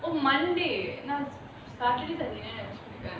oh monday last saturday sunday நெனச்சிட்ருக்கேன்:nenachiturukaen